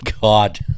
God